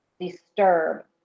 disturb